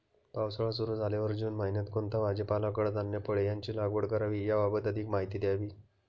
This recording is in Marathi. पावसाळा सुरु झाल्यावर जून महिन्यात कोणता भाजीपाला, कडधान्य, फळे यांची लागवड करावी याबाबत अधिक माहिती द्यावी?